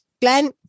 glenn